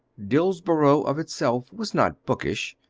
dillsborough of itself was not bookish,